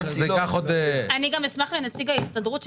אני גם אשמח שנציג ההסתדרות,